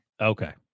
Okay